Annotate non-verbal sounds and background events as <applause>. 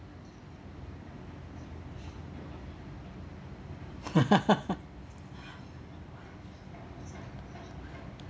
<laughs>